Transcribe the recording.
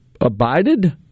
abided